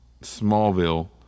Smallville